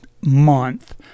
month